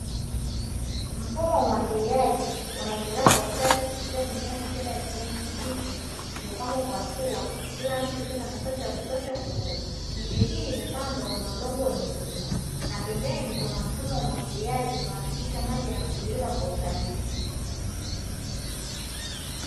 Mfumo wa umwagiliaji unaendelea kwa ustadi kupitia mimea michanga ya kijani kibichi iliyopangwa kwa hatua kila mche ukiwa na nafasi ya kutosha kukua, miche hii imepandwa kwenye udongo wenye rutuba, na pembeni kuna mfumo wa umwagiliaji unaohakikisha maji yanatiririka usahihi.